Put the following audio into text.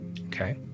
Okay